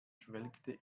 schwelgte